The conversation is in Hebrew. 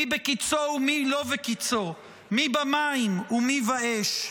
מי בקיצו ומי לא בקיצו, מי במים ומי באש".